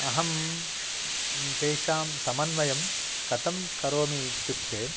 अहं तेषां समन्वयं कथं करोमि इत्युक्ते